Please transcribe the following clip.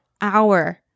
hour